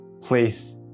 place